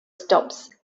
stops